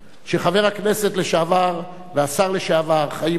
שחבר הכנסת לשעבר והשר לשעבר חיים אורון,